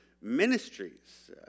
ministries